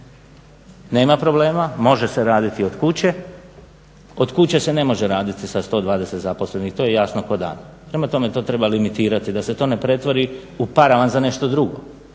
Nema problema, može se raditi od kuće, od kuće se ne može raditi sa 120 zaposlenih, to je jasno kao dan, prema tome to treba limitirati da se to ne pretvori u paravan za nešto drugo